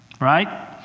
right